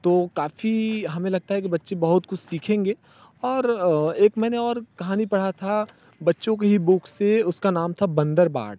तो काफ़ी हमें लगता है कि बच्चे बहुत कुछ सीखेंगे और एक मैंने और कहानी पढ़ा था बच्चों की ही बुक से उसका नाम था बंदर बाँट